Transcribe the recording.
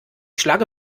schlage